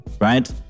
right